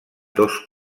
dos